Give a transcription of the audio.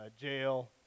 jail